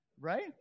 right